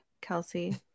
Kelsey